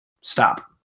Stop